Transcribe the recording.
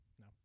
No